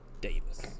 davis